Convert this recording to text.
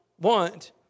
want